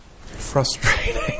frustrating